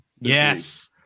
Yes